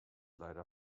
leider